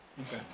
Okay